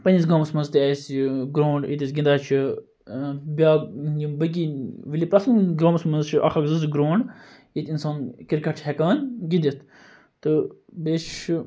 پَننِس گامَس مَنٛز تہِ اَسہِ گرونٛڈ ییٚتہِ أسۍ گِنٛدان چھِ بیاکھ یِم باقٕے وِلیج پرٛٮ۪تھ کُنہِ گامَس مَنٛز چھِ اکھ اکھ زٕ زٕ گرونڈ ییٚتہِ اِنسان کرکٹ چھ ہیٚکان گِنٛدِتھ تہٕ بیٚیہِ چھُ